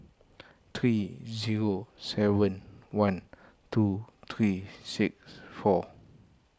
three zero seven one two three six four